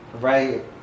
right